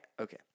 Okay